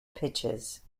pitches